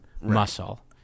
muscle